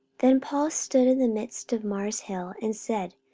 then paul stood in the midst of mars' hill, and said,